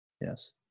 Yes